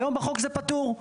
והיום בחוק זה פטור.